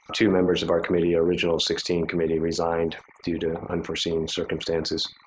two members of our committee original sixteen committee resigned due to unforeseen circumstances.